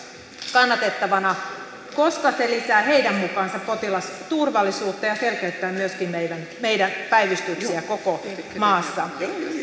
kannatettavana koska se lisää heidän mukaansa potilasturvallisuutta ja selkeyttää myöskin päivystyksiä koko maassa